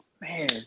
man